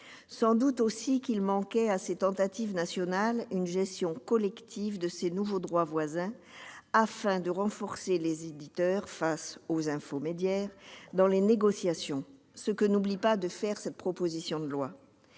sans doute également à ces tentatives nationales une gestion collective de ces nouveaux droits voisins, afin de renforcer les éditeurs face à ces « infomédiaires » dans les négociations, ce que n'oublie pas de faire cette proposition de loi.